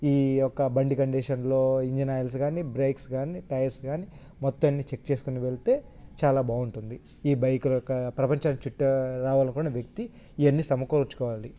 ఈ యొక్క బండి కండీషన్లో ఇంజన్ ఆయిల్స్ కానీ బ్రేక్స్ కానీ టైర్స్ కానీ మొత్తం అన్నీ చెక్ చేసుకుని వెళ్తే చాలా బాగుంటుంది ఈ బైకర్ యొక్క ప్రపంచం చుట్టా రావాలకున్న వ్యక్తి ఇవన్నీ సమకూర్చుకోవాలి